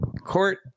Court